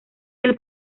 del